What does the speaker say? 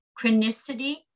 chronicity